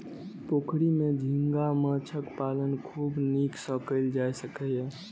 पोखरि मे झींगा माछक पालन खूब नीक सं कैल जा सकैए